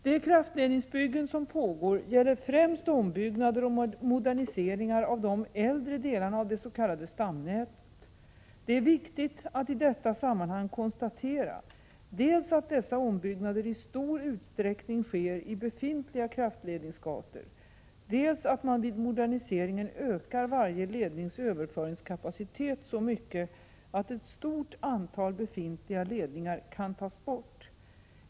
De kraftledningsbyggen som pågår gäller främst ombyggnader och moderniseringar av de äldre delarna av det s.k. stamnätet. Det är viktigt att i detta sammanhang konstatera dels att dessa ombyggnader i stor utsträckning sker i befintliga kraftledningsgator, dels att man vid moderniseringen ökar varje lednings överföringskapacitet så mycket att ett stort antal befintliga ledningar kan tas bort.